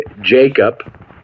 Jacob